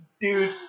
Dude